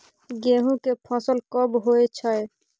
गेहूं के फसल कब होय छै?